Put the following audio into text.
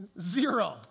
Zero